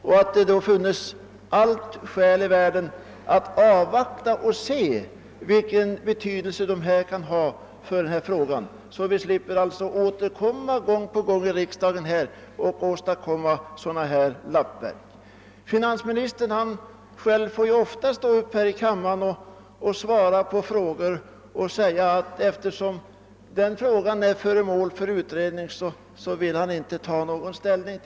Det skulle väl då finnas alla skäl i världen att avvakta och se vilken betydelse resultatet av dessa utredningar kan få för denna fråga. Då skulle man slippa att gång på gång återkomma till riksdagen med förslag, och åstadkomma sådana här lappverk. Finansministern själv står ju ofta upp här i kammaren och säger att eftersom en viss fråga är föremål för utredning så vill han inte ta ställning.